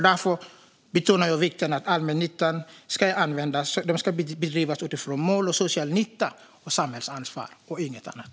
Därför betonar jag vikten av att allmännyttan bedrivs utifrån mål, social nytta och samhällsansvar, inget annat.